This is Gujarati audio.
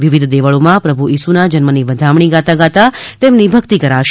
વિવિધ દેવળોમાં પ્રભુ ઇસુના જન્મની વધામણી ગાતા ગાતા તેમની ભકિત કરાશે